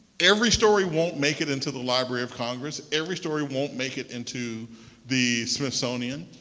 every story won't make it into the library of congress. every story won't make it into the smithsonian.